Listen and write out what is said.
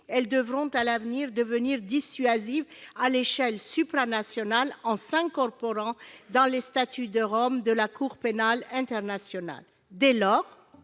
elles devront à l'avenir devenir dissuasives à l'échelle supranationale, en s'incorporant dans les statuts de Rome de la Cour pénale internationale, la